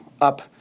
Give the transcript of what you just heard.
up